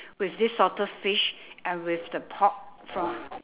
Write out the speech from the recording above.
with this salted fish and with the pork from